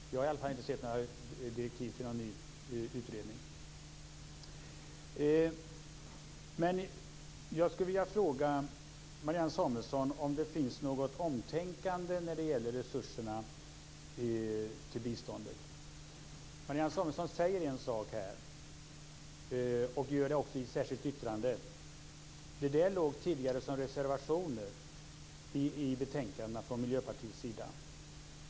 Vi har som sagt inte sett några direktiv till någon utredning. Jag skulle vilja fråga Marianne Samuelsson om det finns något omtänkande när det gäller resurserna till biståndet. Marianne Samuelsson säger en sak och gör det också i ett särskilt yttrande som tidigare låg som reservationer från Miljöpartiets sida.